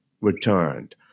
returned